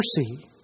mercy